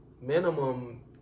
Minimum